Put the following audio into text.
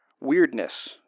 weirdness